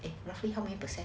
roughly how many percent